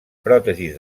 pròtesis